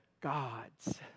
God's